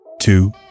two